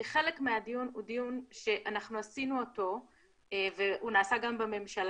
כי חלק מהדיון הוא דיון שאנחנו עשינו אותו והוא נעשה גם בממשלה,